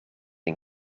een